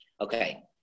Okay